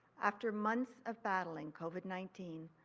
after months of battling covid nineteen,